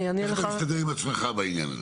איך אתה מסתדר עם עצמך בעניין הזה?